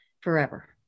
forever